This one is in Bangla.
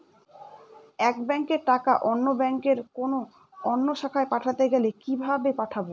এক ব্যাংকের টাকা অন্য ব্যাংকের কোন অন্য শাখায় পাঠাতে গেলে কিভাবে পাঠাবো?